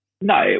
No